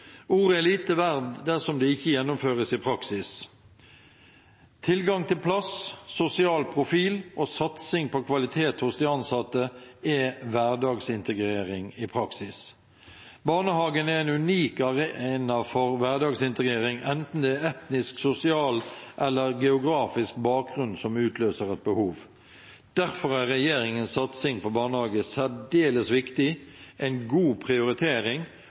Ordet er lite verd dersom det ikke gjennomføres i praksis. Tilgang til plass, sosial profil og satsing på kvalitet hos de ansatte er hverdagsintegrering i praksis. Barnehagen er en unik arena for hverdagsintegrering enten det er etnisk, sosial eller geografisk bakgrunn som utløser et behov. Derfor er regjeringens satsing på barnehage særdeles viktig, en god prioritering